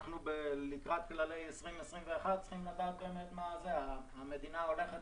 אנחנו לקראת כללי 2021 צריכים לדעת האם המדינה הולכת